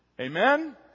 Amen